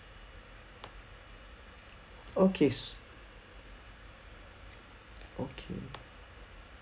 okay okay